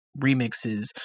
remixes